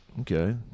okay